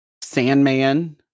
Sandman